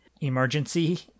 emergency